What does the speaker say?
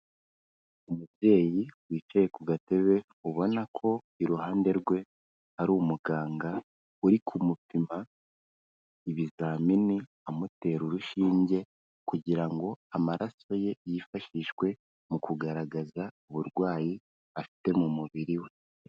Umubyeyi wicaye ku gatebe ubona ko iruhande rwe hari umuganga uri kumupima ibizamini amutera urushinge, kugira ngo amaraso ye yifashishwe mu kugaragaza uburwayi afite mu mubiri we.